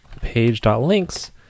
page.links